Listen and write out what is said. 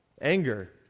Anger